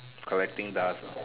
collecting dust lah